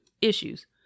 issues